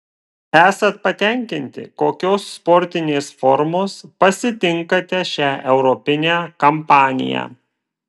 esat patenkinti kokios sportinės formos pasitinkate šią europinę kampaniją